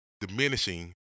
diminishing